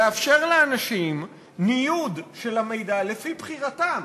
לאפשר לאנשים ניוד של המידע לפי בחירתם,